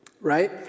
right